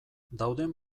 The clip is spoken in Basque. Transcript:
dauden